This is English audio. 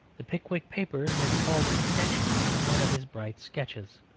the pickwick papers may be called an extension of one of his bright sketches.